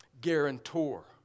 guarantor